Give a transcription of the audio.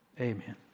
Amen